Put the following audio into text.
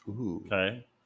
Okay